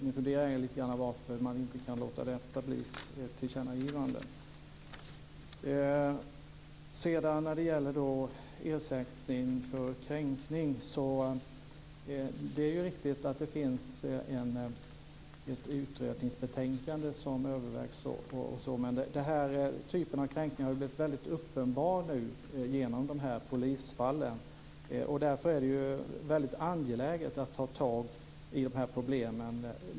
Vi funderar lite grann över varför man inte kan godta ett sådant tillkännagivande. Vad sedan gäller ersättning för kränkning är det riktigt att det finns ett utredningsbetänkande som är under övervägande, men den här typen av kränkning har blivit mycket uppenbar genom de aktuella polisfallen. Det är därför väldigt angeläget att mycket snabbt ta tag i de här problemen.